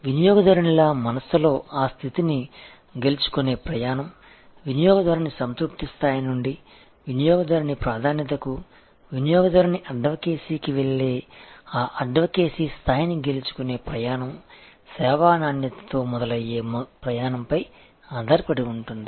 వినియోగదారునిల మనస్సులో ఆ స్థితిని గెలుచుకునే ప్రయాణం వినియోగదారుని సంతృప్తి స్థాయి నుండి వినియోగదారుని ప్రాధాన్యతకు వినియోగదారుని అడ్వకేసీకి వెళ్లే ఆ అడ్వకేసీ స్థాయిని గెలుచుకునే ప్రయాణం సేవా నాణ్యతతో మొదలయ్యే ప్రయాణంపై ఆధారపడి ఉంటుంది